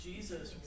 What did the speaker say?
Jesus